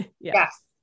Yes